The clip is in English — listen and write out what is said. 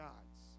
God's